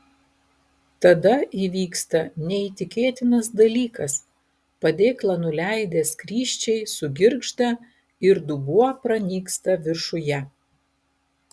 tada įvyksta neįtikėtinas dalykas padėklą nuleidę skrysčiai sugirgžda ir dubuo pranyksta viršuje